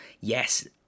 yes